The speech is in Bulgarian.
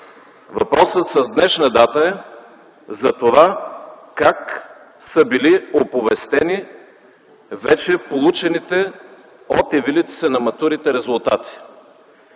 въпросът с днешна дата е за това – как са били оповестени вече получените от явилите се на матурите резултати.